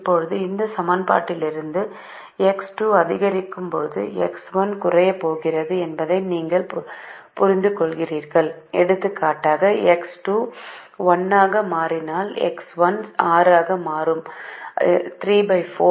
இப்போது இந்த சமன்பாட்டிலிருந்து X2 அதிகரிக்கும் போது X1 குறைய போகிறது என்பதை நீங்கள் புரிந்துகொள்கிறீர்கள் எடுத்துக்காட்டாக X2 1 ஆக மாறினால் X 1 6 ஆக மாறும் 34